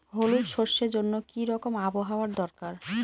হলুদ সরষে জন্য কি রকম আবহাওয়ার দরকার?